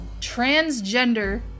transgender